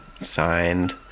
signed